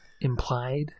implied